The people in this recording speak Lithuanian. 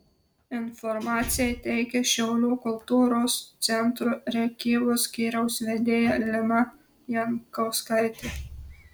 informaciją teikia šiaulių kultūros centro rėkyvos skyriaus vedėja lina jankauskaitė